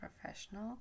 professional